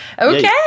okay